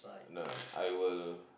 no I will